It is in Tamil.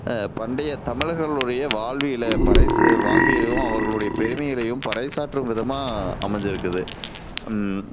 பண்டைய தமிழர்களுடைய வாழ்வியலில் பறைசு வாழ்வியலும் அவர்களுடைய பெருமைகளையும் பறைசாற்றும் விதமாக அமைஞ்சிருக்குது